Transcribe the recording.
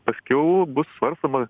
paskiau bus svarstoma